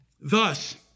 Thus